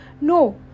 No